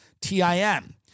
Tim